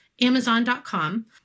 Amazon.com